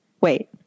Wait